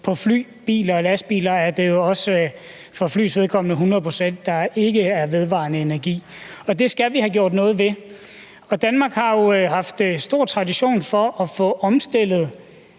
for fly, biler og lastbiler – og for flybrændstofs vedkommende er det jo 100 pct., der ikke er fra vedvarende energi. Det skal vi have gjort noget ved, og Danmark har jo haft stor tradition for at få omstillet